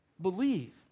Believe